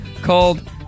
called